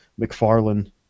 McFarlane